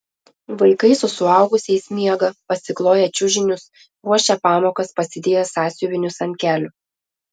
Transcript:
vaikai su suaugusiais miega pasikloję čiužinius ruošia pamokas pasidėję sąsiuvinius ant kelių